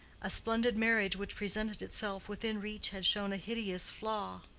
a splendid marriage which presented itself within reach had shown a hideous flaw.